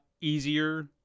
easier